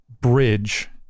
bridge